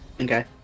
Okay